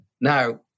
Now